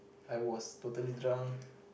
I was totally drunk